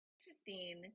Interesting